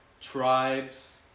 tribes